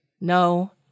No